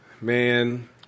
Man